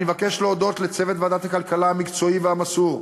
אני מבקש להודות לצוות ועדת הכלכלה המקצועי והמסור,